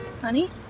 Honey